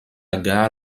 gare